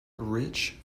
rich